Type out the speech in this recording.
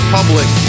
Public